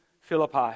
Philippi